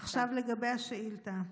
עכשיו לגבי השאילתה.